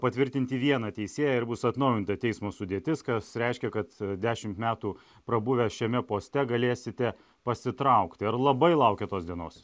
patvirtinti vieną teisėją ir bus atnaujinta teismo sudėtis kas reiškia kad dešimt metų prabuvę šiame poste galėsite pasitraukti ar labai laukiat tos dienos